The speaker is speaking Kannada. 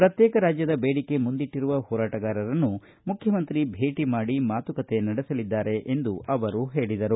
ಪ್ರತ್ಯೇಕ ರಾಜ್ಯದ ಬೇಡಿಕೆ ಮುಂದಿಟ್ಟಿರುವ ಹೋರಾಟಗಾರರನ್ನು ಮುಖ್ಯಮಂತ್ರಿ ಭೇಟಿ ಮಾಡಿ ಮಾತುಕತೆ ನಡೆಸಲಿದ್ದಾರೆ ಎಂದು ಹೇಳಿದರು